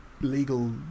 legal